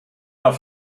war